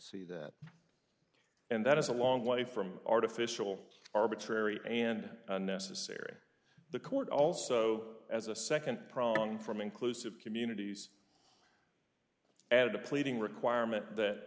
see that and that is a long way from artificial arbitrary and unnecessary the court also as a second prong from inclusive communities at the pleading requirement that